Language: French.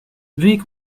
veuillez